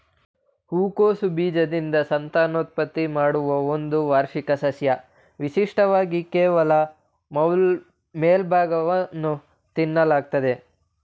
ಹೂಕೋಸು ಬೀಜದಿಂದ ಸಂತಾನೋತ್ಪತ್ತಿ ಮಾಡುವ ಒಂದು ವಾರ್ಷಿಕ ಸಸ್ಯ ವಿಶಿಷ್ಟವಾಗಿ ಕೇವಲ ಮೇಲ್ಭಾಗವನ್ನು ತಿನ್ನಲಾಗ್ತದೆ